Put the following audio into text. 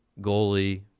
goalie